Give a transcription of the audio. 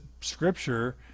scripture